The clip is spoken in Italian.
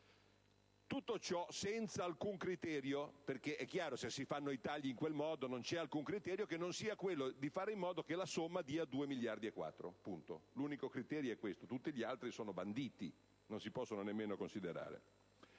Tutto ciò senza alcun criterio, perché se si fanno tagli in quel modo, non c'è criterio che non sia quello di fare in modo che il totale dia 2,4 miliardi. L'unico criterio è questo: tutti gli altri sono banditi, non si possono nemmeno considerare.